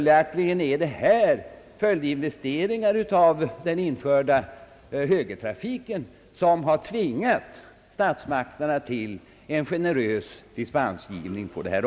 Det gäller följinvesteringar i samband med högertrafiken, som tydligen har tvingat statsmakterna till en generös dispensgivning.